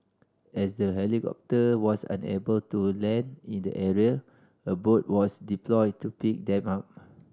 as the helicopter was unable to land in the area a boat was deployed to pick them up